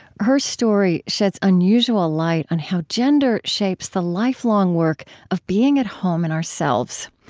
her story sheds unusual light on how gender shapes the lifelong work of being at home in ourselves.